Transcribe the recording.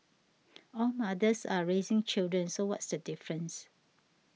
all mothers are raising children so what's the difference